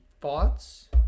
thoughts